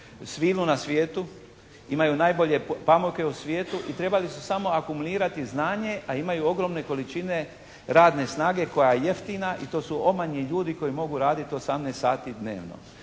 svilu na svijetu, imaju najbolje pamuke u svijetu i trebali su samo akumulirati znanje, a imaju ogromne količine radne snage koja je jeftina i to su omanji ljudi koji mogu raditi 18 sati dnevno.